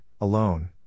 alone